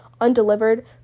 undelivered